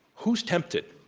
who's tempted?